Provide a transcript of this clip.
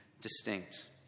distinct